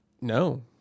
No